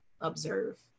observe